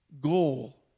goal